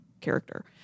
character